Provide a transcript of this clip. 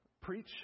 preach